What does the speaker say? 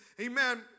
amen